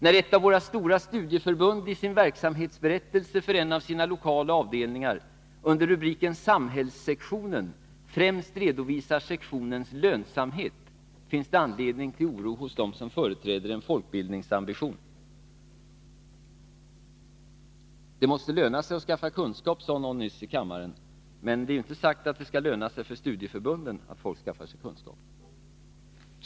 När ett av våra stora studieförbund i sin verksamhetsberättelse för en av sina lokala avdelningar under rubriken Samhällssektionen främst redovisar sektionens lönsamhet, finns det anledning till oro hos dem som företräder en folkbildningsambition. Det måste löna sig att skaffa kunskaper, sade någon nyss i kammaren. Men det är inte sagt att det skall löna sig för studieförbunden att folk skaffar sig kunskaper.